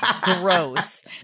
gross